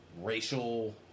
racial